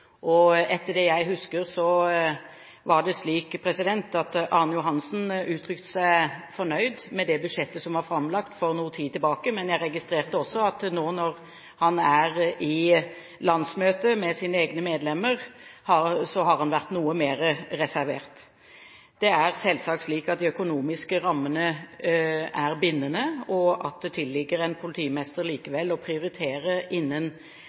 og etter det jeg husker, var det slik at Arne Johannessen ga uttrykk for at han var fornøyd med det budsjettet som var framlagt for noe tid tilbake. Men jeg registrerte også at han nå, på landsmøte med sine egne medlemmer, har vært noe mer reservert. Det er selvsagt slik at de økonomiske rammene er bindende, og at det tilligger en politimester likevel å prioritere innen